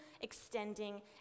extending